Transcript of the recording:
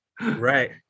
Right